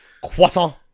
Croissant